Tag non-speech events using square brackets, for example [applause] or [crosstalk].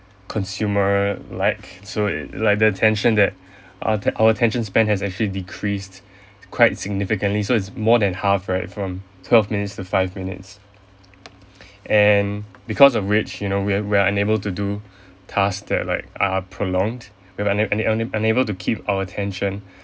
consumer like so it like the attention that [breath] our at~ our attention span has actually decreased [breath] quite significantly so it's more than half right from twelve minutes to five minutes [noise] and because of which you know we are we are unable to do [breath] task that like are prolonged we're una~ una~ unable to keep our attention [breath]